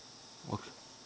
okay